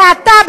ואתה,